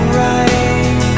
right